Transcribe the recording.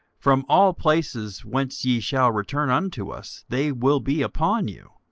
from all places whence ye shall return unto us they will be upon you.